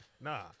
Nah